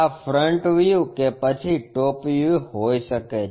આ front view કે પછી ટોપ વ્યુ હોઈ શકે છે